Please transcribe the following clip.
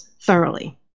Thoroughly